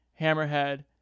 hammerhead